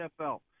NFL